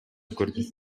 көрүнүп